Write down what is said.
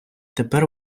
тепер